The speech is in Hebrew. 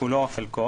כולו או חלקו,